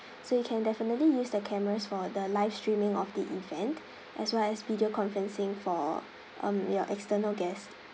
so you can definitely use the cameras for the live streaming of the event as well as video conferencing for um your external guest